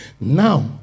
now